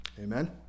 amen